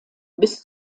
bis